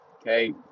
Okay